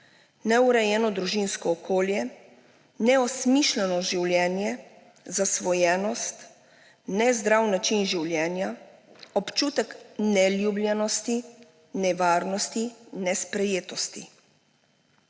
neurejeno družinsko okolje, neosmišljeno življenje, zasvojenost, nezdrav način življenja, občutek neljubljenosti, nevarnosti, nesprejetosti.